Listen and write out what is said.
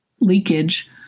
leakage